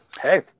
hey